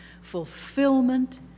fulfillment